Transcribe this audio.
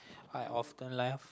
I often laugh